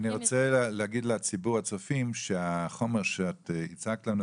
אני רוצה להגיד לציבור הצופים שהחומר שאת הצגת לנו,